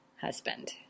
husband